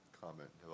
comment